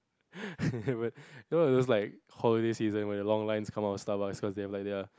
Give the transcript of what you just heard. you know those holiday season when the long line come out of Starbucks cause they have their